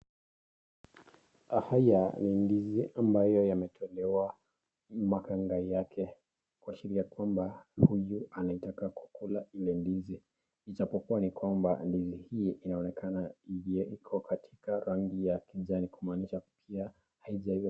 Haya ni ndizi ambayo yametolewa makanga yake. Kwa sheria kwamba huyu anataka kukula ile ndizi. Ijapokuwa ni kwamba ndizi hii inaonekana iko katika rangi ya kijani kumaanisha pia haijawa.